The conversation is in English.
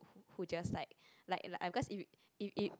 who just like like like cause if if if